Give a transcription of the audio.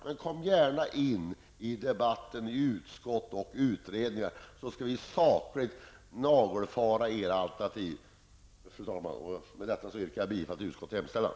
Men kom gärna in i debatten i utskott och utredningar, så skall vi sakligt nagelfara era alternativ. Fru talman! Med det anförda yrkar jag bifall till utskottets hemställan.